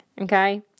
okay